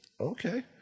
Okay